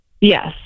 Yes